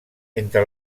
entre